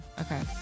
Okay